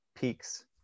peaks